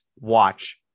watch